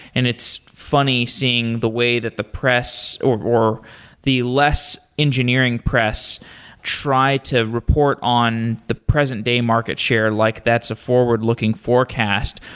and it's funny seeing the way that the press or or the less engineering press try to report on the present day market share. like that's a forward-looking forecast.